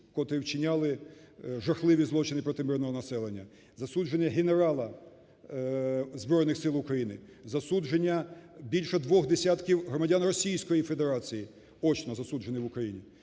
котрі вчиняли жахливі злочини проти мирного населення, засудження генерала Збройних Сил України, засудження більше двох десятків громадян Російської Федерації, очно засуджених в Україні,